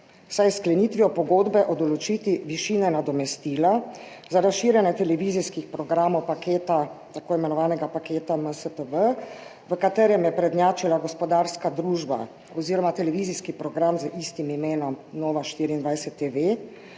saj je s sklenitvijo pogodbe o določitvi višine nadomestila za razširjanje televizijskih programov tako imenovanega paketa MSTV, v katerem je prednjačila gospodarska družba oziroma televizijski program z istim imenom Nova24TV,